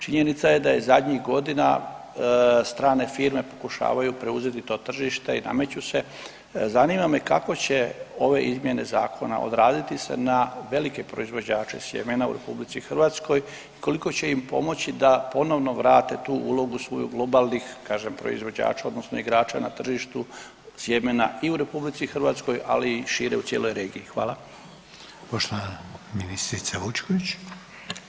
Činjenica je da je zadnjih godina strane firme pokušavaju preuzeti to tržište i nameću se, zanima me kako će ove izmjene zakona odraziti se na velike proizvođače sjemena u RH i koliko će im pomoći da ponovno vrate tu ulogu svoju globalnih kažem proizvođača odnosno igrača na tržištu sjemena i u RH, ali i šire u cijeloj regiji?